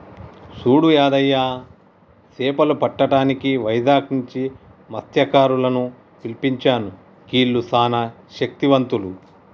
సూడు యాదయ్య సేపలు పట్టటానికి వైజాగ్ నుంచి మస్త్యకారులను పిలిపించాను గీల్లు సానా శక్తివంతులు